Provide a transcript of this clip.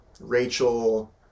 Rachel